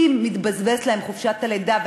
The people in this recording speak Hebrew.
מתבזבזת להן חופשת הלידה,